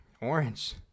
Orange